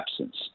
absence